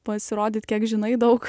pasirodyt kiek žinai daug